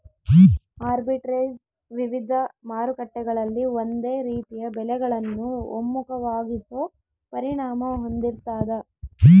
arbitrage ವಿವಿಧ ಮಾರುಕಟ್ಟೆಗಳಲ್ಲಿ ಒಂದೇ ರೀತಿಯ ಬೆಲೆಗಳನ್ನು ಒಮ್ಮುಖವಾಗಿಸೋ ಪರಿಣಾಮ ಹೊಂದಿರ್ತಾದ